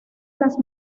las